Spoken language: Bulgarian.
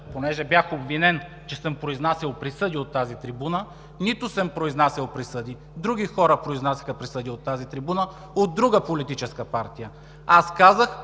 понеже бях обвинен, че съм произнасял присъди от тази трибуна, не съм произнасял присъди, други хора произнасяха присъди от тази трибуна, от друга политическа партия. Аз казах,